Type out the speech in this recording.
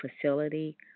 facility